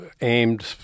aimed